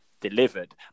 delivered